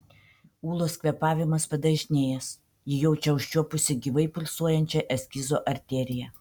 ūlos kvėpavimas padažnėjęs ji jaučia užčiuopusi gyvai pulsuojančią eskizo arteriją